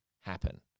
happen